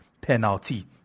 penalty